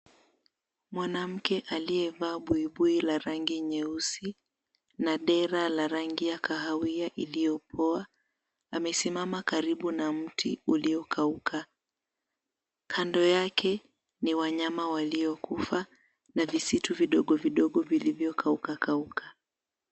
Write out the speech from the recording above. Mwanamke aliyevaa buibui la rangi nyeusi na dera la rangi ya kahawia iliyo poa. Amesimama karibu na mti uliokauka. Kando yake ni wanyama waliokufa na visitu vidogo vidogo vilivyo kauka kauka.